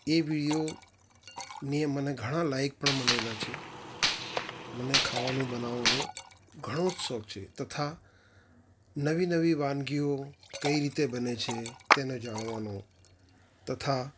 એ વિડિયોને મને ઘણા લાઈક પણ મળેલા છે મને ખાવાનું બનવાનો ઘણો જ શોખ છે તથા નવી નવી વાનગીઓ કઈ રીતે બને છે તેને જાણવાનો તથા